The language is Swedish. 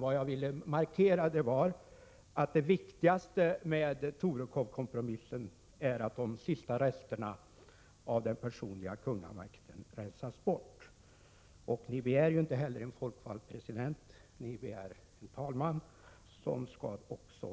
Vad jag ville markera var att det viktigaste med Torekovkompromissen är att de sista resterna av den personliga kungamakten rensats bort. Ni begär ju inte heller en folkvald president. Ni begär en talman, som